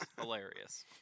Hilarious